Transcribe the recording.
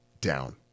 down